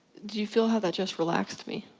do you feel how that just relaxed me?